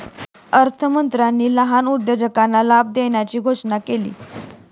अर्थमंत्र्यांनी लहान उद्योजकांना लाभ देण्यासाठी घोषणा केली